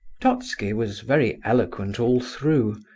totski was very eloquent all through,